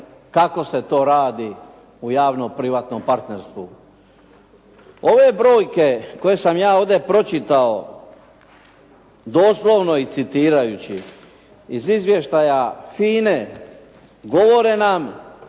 kako se to radi u javno-privatnom partnerstvu. Ove brojke koje sam ja ovdje pročitao, doslovno ih citirajući, iz izvještaja FINA-e govore nam